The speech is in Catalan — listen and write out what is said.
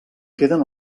queden